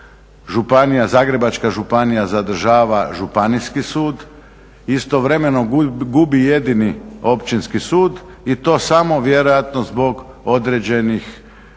Zagrebačka županija zadržava Županijski sud. Istovremeno gubi jedini Općinski sud i to samo vjerojatno zbog određenih